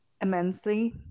immensely